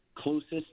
closest